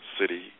city